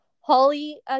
holly